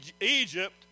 Egypt